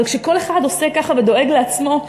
אבל כשכל אחד עושה ככה ודואג לעצמו,